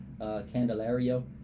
Candelario